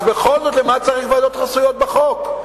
אז בכל זאת, למה צריך ועדות חסויות בחוק?